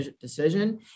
decision